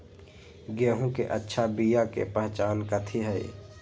गेंहू के अच्छा बिया के पहचान कथि हई?